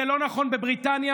זה לא נכון בבריטניה,